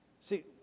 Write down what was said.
See